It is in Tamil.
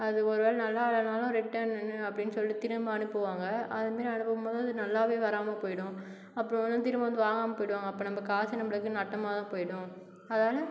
அது ஒரு வேளை நல்லா இல்லைனாலும் ரிட்டன் அப்படினு சொல்லி திரும்ப அனுப்புவாங்க அது மாரி அனுப்பும்போது நல்லாவே வராமல் போயிடும் அப்புறம் வந்து திரும்ப வந்து வாங்காமல் போயிடுவாங்க அப்போ நம்ம காசே நம்மளுக்கு நஷ்டமா போயிடும் அதனால